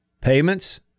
payments